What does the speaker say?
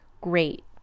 great